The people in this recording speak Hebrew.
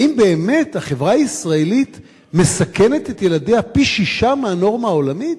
האם באמת החברה הישראלית מסכנת את ילדיה פי-שישה מהנורמה העולמית?